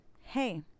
Hey